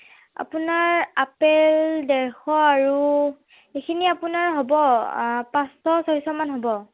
আপোনাৰ আপেল ডেৰশ আৰু এইখিনি আপোনাৰ হ'ব পাঁচশ ছয়শ মান হ'ব